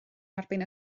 erbyn